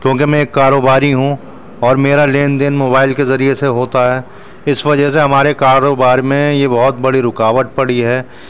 کیونکہ میں ایک کاروباری ہوں اور میرا لین دین موبائل کے ذریعے سے ہوتا ہے اس وجہ سے ہمارے کاروبار میں یہ بہت بڑی رکاوٹ پڑی ہے